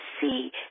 see